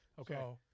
Okay